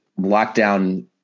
lockdown